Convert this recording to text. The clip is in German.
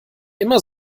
immer